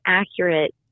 accurate